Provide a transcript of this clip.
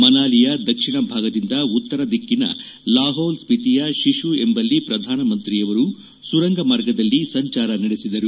ಮನಾಲಿಯ ದಕ್ಷಿಣ ಭಾಗದಿಂದ ಉತ್ತರ ದಿಕ್ಕಿನ ಲಾಹೌಲ್ ಸ್ಪಿತಿಯ ಶಿಶು ಎಂಬಲ್ಲಿ ಪ್ರಧಾನಮಂತ್ರಿಯವರು ಸುರಂಗ ಮಾರ್ಗದಲ್ಲಿ ಸಂಚಾರ ನಡೆಸಿದರು